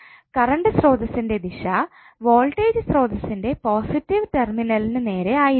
current സ്രോതസ്സിൻറെ ദിശ voltage സ്രോതസ്സിൻറെ പോസിറ്റീവ് ടെർമിനലിൻറെ നേരേ ആയിരിക്കണം